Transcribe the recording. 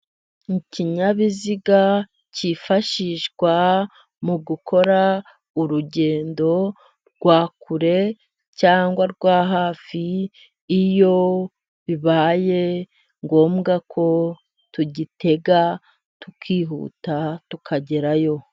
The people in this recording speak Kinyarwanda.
Ikinyabiziga cyifashishwa mu gukora urugendo rwa kure cyangwa rwa hafi, iyo bibaye ngombwa ko tugitega tukihuta tukagerayo.